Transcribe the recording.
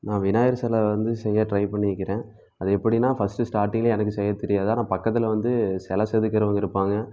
நான் விநாயகர் சில வந்து செய்ய ட்ரை பண்ணிருக்கிறேன் அது எப்படின்னா ஃபர்ஸ்ட்டு ஸ்டாட்டிங்கில எனக்கு செய்ய தெரியாது ஆனால் பக்கத்தில் வந்து சில செதுக்குறவங்க இருப்பாங்க